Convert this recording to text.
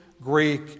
Greek